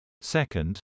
Second